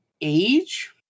age